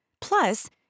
Plus